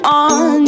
on